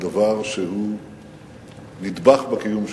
הוא דבר שהוא נדבך בקיום שלנו.